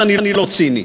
ואני לא ציני.